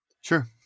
sure